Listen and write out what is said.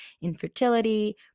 infertility